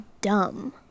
dumb